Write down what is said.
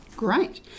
great